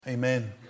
Amen